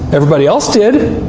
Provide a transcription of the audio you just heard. everybody else did.